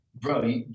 bro